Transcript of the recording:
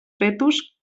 fetus